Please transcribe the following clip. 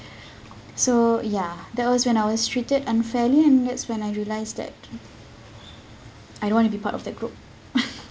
so ya that was when I was treated unfairly and that's when I realized that I don't want to be part of that group